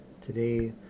today